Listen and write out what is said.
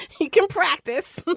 he can practice?